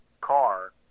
car